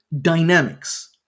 dynamics